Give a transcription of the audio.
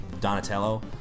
Donatello